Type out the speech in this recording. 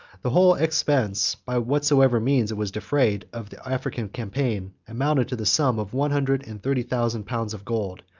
the whole expense, by whatsoever means it was defrayed, of the african campaign, amounted to the sum of one hundred and thirty thousand pounds of gold,